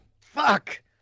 Fuck